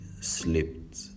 slipped